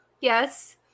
yes